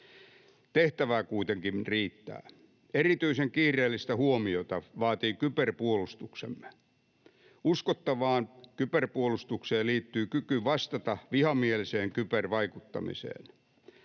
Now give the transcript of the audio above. Tehtävää kuitenkin riittää. Erityisen kiireellistä huomiota vaatii kyberpuolustuksemme. Uskottavaan kyberpuolustukseen liittyy kyky vastata vihamieliseen kybervaikuttamiseen.